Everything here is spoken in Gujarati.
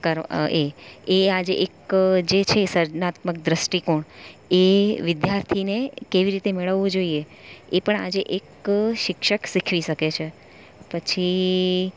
કર એ એ આજે એક જે છે સર્જનાત્મક દ્રષ્ટિકોણ એ વિદ્યાર્થીને કેવી રીતે મેળવવું જોઇએ એ પણ આજે એક શિક્ષક શીખવી શકે છે પછી